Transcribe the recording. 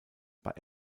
bei